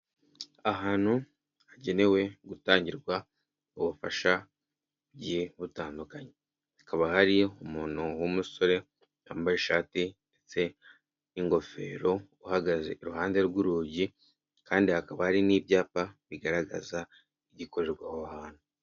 ahantu hagenewe gutangirwa ubufasha bugiye butandukanye hakaba hari umuntu w'umusore wambaye ishati n'ingofero uhagaze iruhande rw'urugi kandi hakaba hari n'ibyapa bigaragaza igikorerwa aho hantu.